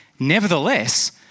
Nevertheless